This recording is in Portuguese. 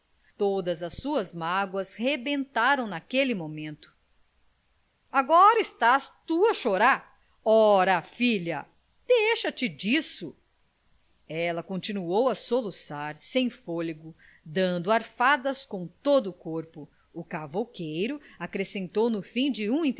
todas as suas mágoas rebentaram naquele momento agora estás tu a chorar ora filha deixa-te disso ela continuou a soluçar sem fôlego dando arfadas com todo o corpo o cavouqueiro acrescentou no fim de